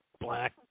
black